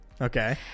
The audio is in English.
Okay